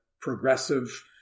progressive